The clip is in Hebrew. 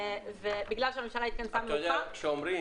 ובגלל שהממשלה התכנסה מאוחר --- כשאומרים